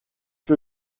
que